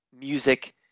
music